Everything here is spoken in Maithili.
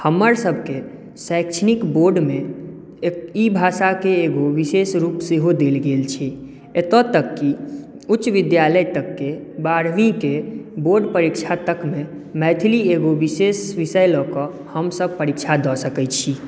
हमरसभके शैक्षणिक बोर्डमे एक ई भाषाके एगो विशेष रूप सेहो देल गेल छै एतय तक कि उच्च विद्यालय तकके बारहवींके बोर्ड परीक्षा तकमे मैथिली एगो विशेष विषय लऽ कऽ हमसभ परीक्षा दऽ सकैत छी